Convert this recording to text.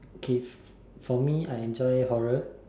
K if for me I enjoy horror